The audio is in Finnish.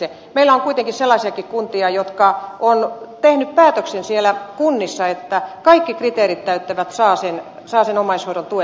meillä on kuitenkin sellaisiakin kuntia jotka ovat tehneet päätöksen että kaikki kriteerit täyttävät saavat sen omaishoidon tuen